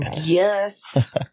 Yes